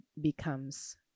becomes